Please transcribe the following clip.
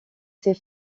ses